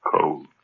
cold